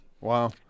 Wow